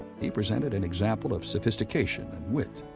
he presented an example of sophistication and wit.